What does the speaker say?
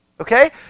Okay